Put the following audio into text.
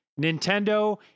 Nintendo